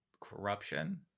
corruption